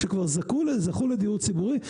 שכבר זכו לדיור ציבורי,